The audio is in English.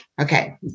Okay